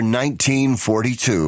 1942